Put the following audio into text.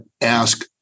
ask